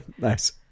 nice